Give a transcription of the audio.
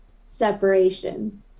separation